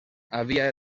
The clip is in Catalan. havia